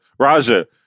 Raja